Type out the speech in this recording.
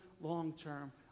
long-term